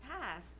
past